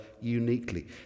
uniquely